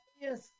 Yes